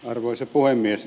arvoisa puhemies